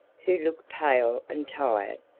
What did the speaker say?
who looked pale and tired.